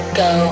go